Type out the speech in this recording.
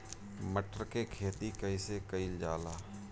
मटर के खेती कइसे कइल जाला?